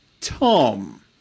Tom